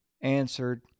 answered